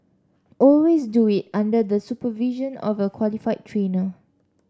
always do it under the supervision of a qualified trainer